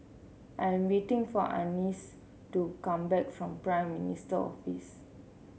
I am waiting for Anice to come back from Prime Minister's Office